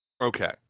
Okay